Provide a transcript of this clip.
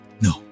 No